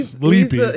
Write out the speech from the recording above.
sleepy